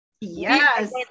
yes